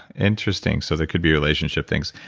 interesting. so there could be relationship things.